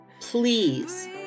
Please